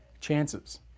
chances